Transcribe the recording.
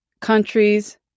countries